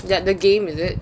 that the game is it